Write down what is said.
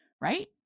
right